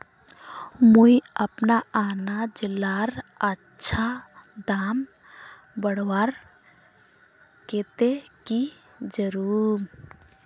मुई अपना अनाज लार अच्छा दाम बढ़वार केते की करूम?